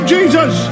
Jesus